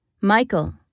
Michael